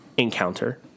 encounter